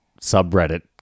subreddit